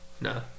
No